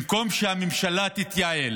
במקום שהממשלה תתייעל